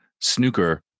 snooker